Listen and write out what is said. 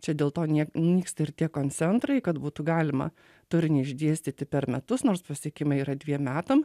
čia dėl to niek nyksta ir tie koncentrai kad būtų galima turinį išdėstyti per metus nors pasiekimai yra dviem metam